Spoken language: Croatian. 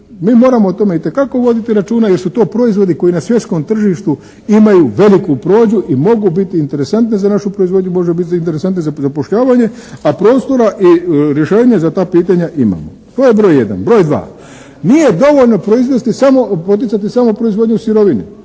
Mi moramo o tome itekako voditi računa jer su to proizvodi koji na svjetskom tržištu imaju veliku prođu i mogu biti interesantne za našu proizvodnju, može biti interesantne za zapošljavanje, a prostora i rješenja za ta pitanja imamo. To je broj jedan. Broj dva. Nije dovoljno proizvesti samo, poticati samo proizvodnju sirovine.